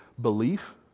belief